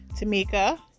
Tamika